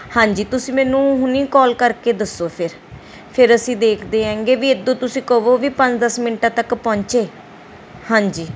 ਹਾਂਜੀ ਤੁਸੀਂ ਮੈਨੂੰ ਹੁਣੀ ਕਾਲ ਕਰਕੇ ਦੱਸੋ ਫਿਰ ਫਿਰ ਅਸੀਂ ਦੇਖਦੇ ਆਗੇ ਵੀ ਇਤੋਂ ਤੁਸੀਂ ਕਵੋ ਵੀ ਪੰਜ ਦਸ ਮਿੰਟਾਂ ਤੱਕ ਪਹੁੰਚੇ ਹਾਂਜੀ